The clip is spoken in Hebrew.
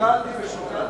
שקלתי ושקלתי,